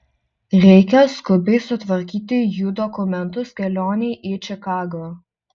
reikia skubiai sutvarkyti jų dokumentus kelionei į čikagą